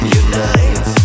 unite